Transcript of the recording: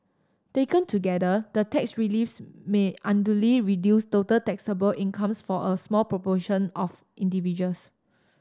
taken together the tax reliefs may unduly reduce total taxable incomes for a small proportion of individuals